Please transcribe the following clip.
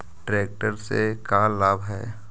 Tractor से का लाभ है?